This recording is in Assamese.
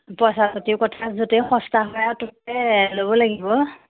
পইচা পাতিৰ কথা য'তেই সস্তা হয় ততে ল'ব লাগিব